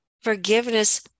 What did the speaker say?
forgiveness